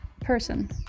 person